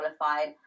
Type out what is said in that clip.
qualified